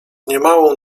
niemałą